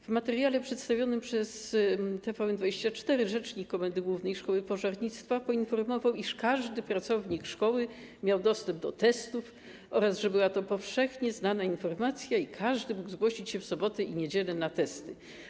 W materiale przedstawionym przez TVN24 rzecznik komendy głównej szkoły pożarnictwa poinformował, iż każdy pracownik szkoły miał dostęp do testów oraz że była to powszechnie znana informacja i każdy mógł zgłosić się w sobotę i niedzielę na testy.